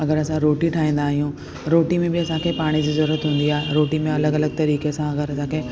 अगरि असां रोटी ठाहींदा आहियूं रोटी में बि असांखे पाणी जी ज़रूरत हूंदी आहे रोटी में अलॻि अलॻि तरीक़े सां अगरि असांखे